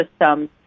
systems